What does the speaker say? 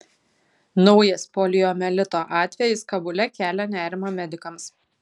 naujas poliomielito atvejis kabule kelia nerimą medikams